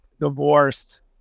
divorced